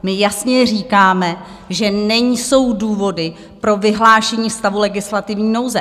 My jasně říkáme, že nejsou důvody pro vyhlášení stavu legislativní nouze.